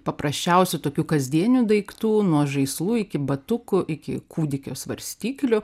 paprasčiausių tokių kasdienių daiktų nuo žaislų iki batukų iki kūdikio svarstyklių